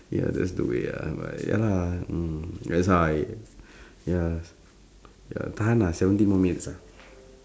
ya that's the way ah but ya lah mm that's why ya ya tahan lah seventeen more minutes ah